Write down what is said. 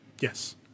Yes